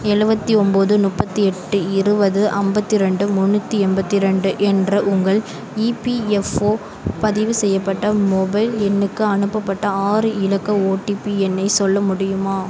எழுவத்தி ஒம்பது முப்பத்தி எட்டு இருபது ஐம்பத்தி ரெண்டு முந்நூற்றி எண்பத்தி ரெண்டு என்ற உங்கள் இபிஎஃப்ஒ பதிவு செய்யப்பட்ட மொபைல் எண்ணுக்கு அனுப்பப்பட்ட ஆறு இலக்க ஓடிபி எண்ணை சொல்ல முடியுமா